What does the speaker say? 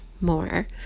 more